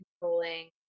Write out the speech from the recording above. controlling